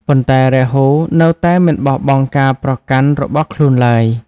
ប៉ុន្តែ រាហូនៅតែមិនបោះបង់ការប្រកាន់របស់ខ្លួនឡើយ។